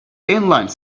inline